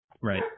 Right